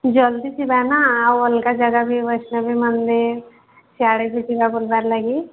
ଜଲ୍ଦି ଯିବା ନା ଆଉ ଅଲଗା ଜାଗା ବି ବୈଷ୍ଣବି ମନ୍ଦିର ସିଆଡ଼େ ବି ଯିବା ଲାଗି